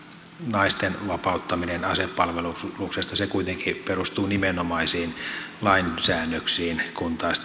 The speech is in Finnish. naisten vapauttaminen asepalveluksesta kuitenkin perustuu nimenomaisiin lainsäännöksiin kun taas